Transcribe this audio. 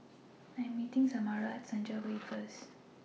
I Am meeting Samara At Senja Way First